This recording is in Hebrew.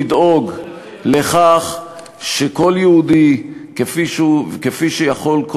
וחובתנו לדאוג לכך שכל יהודי כפי שיכול כל